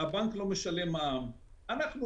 הבנק לא משלם מע"מ, ואצלנו